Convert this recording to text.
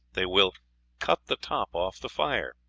they will cut the top off the fire.